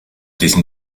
diesem